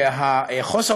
חוסר